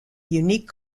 unique